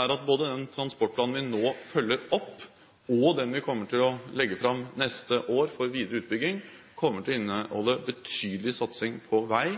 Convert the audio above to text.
er at både den transportplanen vi nå følger opp, og den vi kommer til å legge fram neste år for videre utbygging, kommer til å inneholde betydelig satsing på vei